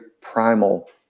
primal